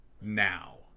now